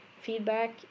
feedback